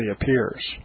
appears